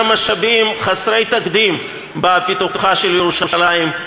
משאבים חסרי תקדים בפיתוחה של ירושלים,